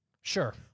Sure